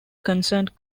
concerned